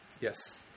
Yes